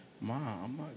mom